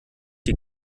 die